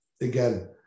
Again